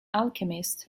alchemist